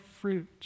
fruit